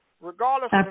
regardless